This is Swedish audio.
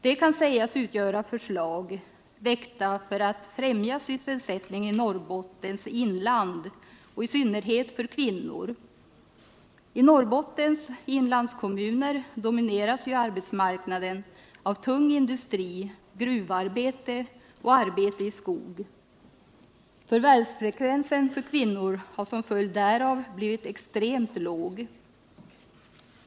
De kan sägas utgöra förslag, väckta för att främja sysselsättningen i Norrbottens inland och i synnerhet för kvinnor. I Norrbottens inlandskommuner domineras arbetsmarknaden av tung industri, gruvarbete och arbete i skog. Förvärvsfrekvensen för kvinnor har som följd därav blivit extremt låg.